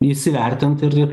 įsivertint ir ir